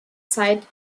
zeit